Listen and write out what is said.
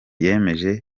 yemeje